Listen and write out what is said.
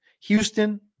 Houston